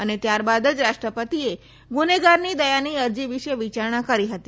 અને ત્યારબાદ જ રાષ્ટ્રપતિએ ગુનેગારની દયાની અરજી વિશે વિયારણા કરી હતી